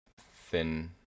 thin